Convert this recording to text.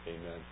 amen